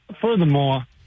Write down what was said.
furthermore